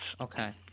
Okay